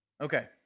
Okay